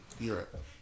Europe